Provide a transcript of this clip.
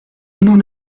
non